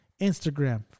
Instagram